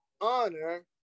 honor